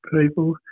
people